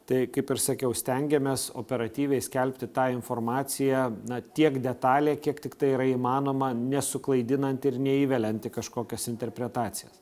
tai kaip ir sakiau stengiamės operatyviai skelbti tą informaciją na tiek detaliai kiek tiktai yra įmanoma nesuklaidinant ir neįveliant kažkokias interpretacijas